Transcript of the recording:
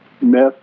Myth